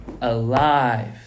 alive